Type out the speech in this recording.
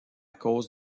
cause